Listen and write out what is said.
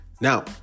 Now